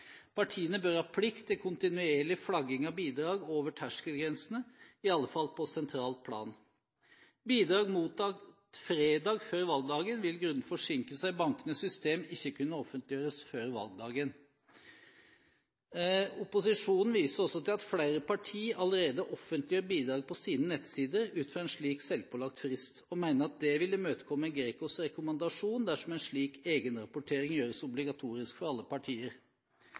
Partiene bør ha plikt til kontinuerlig flagging av bidrag over terskelgrensene, i alle fall på sentralt plan. Bidrag mottatt fredag før valgdagen vil grunnet forsinkelser i bankenes systemer ikke kunne offentliggjøres før valgdagen. Opposisjonen viser også til at flere partier allerede offentliggjør bidrag på sine nettsider, ut fra en slik selvpålagt frist, og mener at det vil imøtekomme GRECOs rekommandasjon dersom en slik egenrapportering gjøres obligatorisk for alle partier.